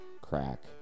crack